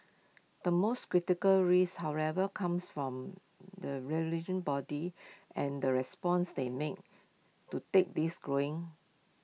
the most critical risk however comes from the bodies and the response they make to take this growing